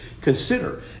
consider